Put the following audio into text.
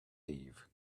eve